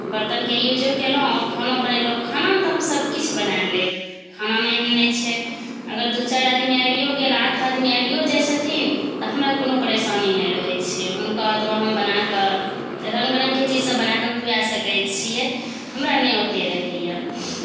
बर्तनकेँ युजो केलहुँ आ ओ खानो बनेलहुँ खानामे तऽ हम सभ किछु बना लेब खानामे एहन नहि छै अगर दू चारि आदमी आबिओ गेल आठ आदमी आबिओ जाइ छथिन तऽ हमरा कोनो परेशानी नहि रहै छै हुनका ओतबा हम बना कऽ रङ्ग विरङ्गके चीज सब बनाकऽ खुआ सकै छी हमरा नहि ओते रहैया